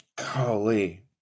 Holy